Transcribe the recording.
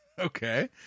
Okay